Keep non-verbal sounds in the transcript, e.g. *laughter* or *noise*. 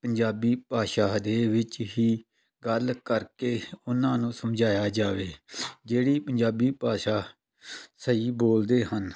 ਪੰਜਾਬੀ ਭਾਸ਼ਾ ਦੇ ਵਿੱਚ ਹੀ ਗੱਲ ਕਰਕੇ ਉਹਨਾਂ ਨੂੰ ਸਮਝਾਇਆ ਜਾਵੇ *unintelligible* ਜਿਹੜੀ ਪੰਜਾਬੀ ਭਾਸ਼ਾ ਸਹੀ ਬੋਲਦੇ ਹਨ